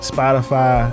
Spotify